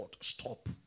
stop